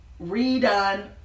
redone